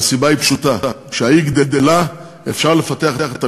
והסיבה היא פשוטה: כשהעיר גדלה אפשר לפתח את המסחר,